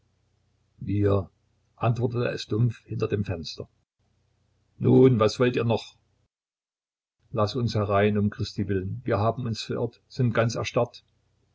wir antwortete es dumpf hinter dem fenster nun was wollt ihr noch laß uns herein um christi willen wir haben uns verirrt sind ganz erstarrt